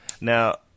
Now